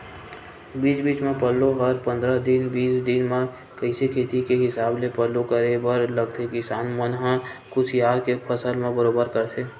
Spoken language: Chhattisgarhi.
बीच बीच म पल्लो हर पंद्रह दिन बीस दिन म जइसे खेत के हिसाब ले पल्लो करे बर लगथे किसान मन ह कुसियार के फसल म बरोबर करथे